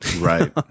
Right